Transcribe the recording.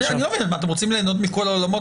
אתם רוצים ליהנות מכל העולמות?